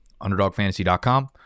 underdogfantasy.com